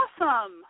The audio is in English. awesome